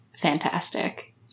fantastic